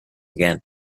again